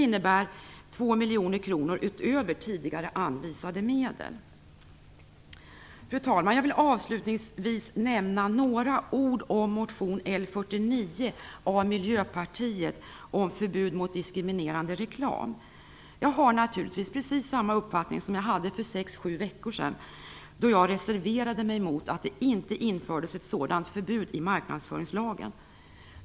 Fru talman! Jag vill avslutningsvis nämna några ord om motion L49 av Miljöpartiet om förbud mot diskriminerande reklam. Jag har naturligtvis precis samma uppfattning som jag hade för 6-7 veckor sedan då jag reserverade mig mot att det inte infördes ett sådant förbud i marknadsföringslagen.